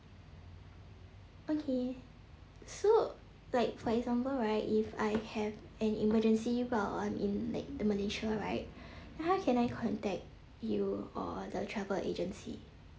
okay so like for example right if I have an emergency um in like malaysia right how can I contact you or the travel agency